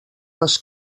les